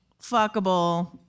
fuckable